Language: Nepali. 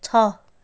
छ